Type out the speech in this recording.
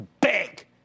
big